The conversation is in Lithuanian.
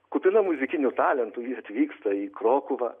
kupina muzikinių talentų ji atvyksta į krokuvą